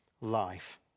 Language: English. life